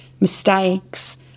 mistakes